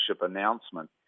announcement